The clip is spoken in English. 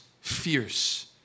Fierce